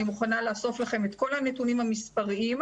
אני מוכנה לאסוף לכם את כל הנתונים המספריים,